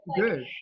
Good